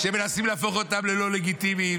מנסים להפוך אותם ללא לגיטימיים,